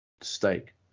steak